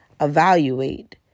evaluate